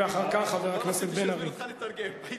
ואחר כך את חבר הכנסת בן-ארי.